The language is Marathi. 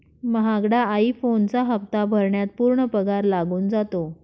महागडा आई फोनचा हप्ता भरण्यात पूर्ण पगार लागून जातो